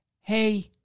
hey